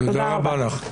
תודה רבה לך.